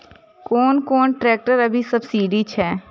कोन कोन ट्रेक्टर अभी सब्सीडी छै?